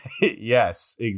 Yes